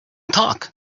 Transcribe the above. talk